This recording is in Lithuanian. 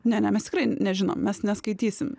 ne ne mes tikrai nežinom mes neskaitysim